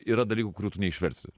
yra dalykų kurių tu neišversi